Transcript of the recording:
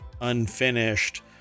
unfinished